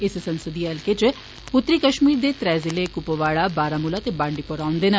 इस संसदीय हल्के इच उत्तरी कश्मीर दे त्रै जिले कुपवाड़ा बारामूला ते बांडीपोरा औँदे न